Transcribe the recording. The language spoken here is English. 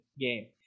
game